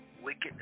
wicked